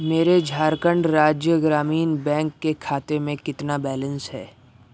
میرے جھارکھنڈ راجیہ گرامین بینک کے کھاتے میں کتنا بیلینس ہے